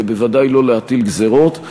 ובוודאי לא להטיל גזירות.